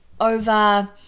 over